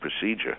procedure